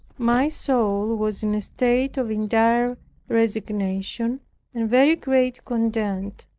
my soul was in a state of entire resignation and very great content,